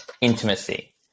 intimacy